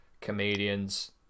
comedians